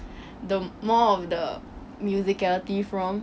the more of the musicality from